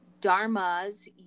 dharma's